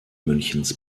münchens